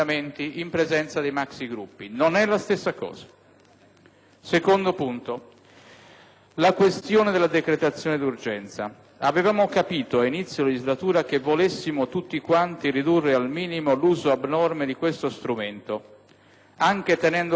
riferimento alla questione della decretazione d'urgenza. Avevamo capito, all'inizio della legislatura, che volessimo tutti ridurre al minimo l'uso abnorme di questo strumento, anche tenendo conto degli orientamenti restrittivi della Corte costituzionale.